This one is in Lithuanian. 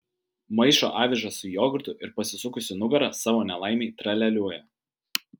maišo avižas su jogurtu ir pasisukusi nugara savo nelaimei tralialiuoja